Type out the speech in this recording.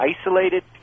Isolated